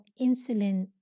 insulin